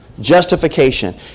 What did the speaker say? Justification